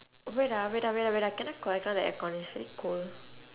wait ah wait ah wait ah wait ah can I control the aircon it's very cold